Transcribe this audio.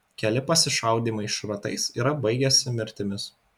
keli pasišaudymai šratais yra baigęsi mirtimis